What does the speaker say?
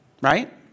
Right